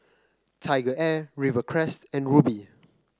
TigerAir Rivercrest and Rubi